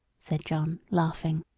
said john, laughing.